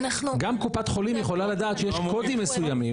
גם קופת חולים יכולה לדעת שיש קודים מסוימים.